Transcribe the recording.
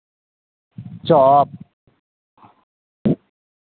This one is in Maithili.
चॉप